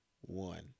One